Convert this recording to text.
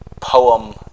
poem